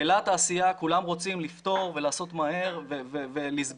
בלהט העשייה כולם רוצים לפתור ולעשות מהר ולסגור.